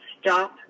stop